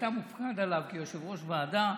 שאתה מופקד עליו כיושב-ראש ועדה,